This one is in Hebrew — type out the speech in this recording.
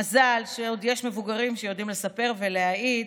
מזל שעוד יש מבוגרים שיודעים לספר ולהעיד